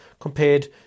compared